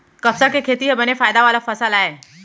कपसा के खेती ह बने फायदा वाला फसल आय